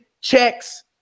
checks